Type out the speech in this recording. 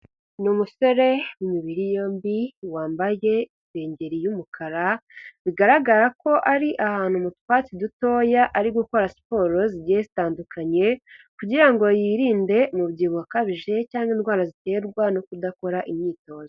Ni umusore imibiri yombi wambaye insengeri y'umukara bigaragara ko ari ahantu mu twatsi dutoya ari gukora siporo zigiye zitandukanye kugira ngo yirinde umubyibuho ukabije cyangwa indwara ziterwa no kudakora imyitozo.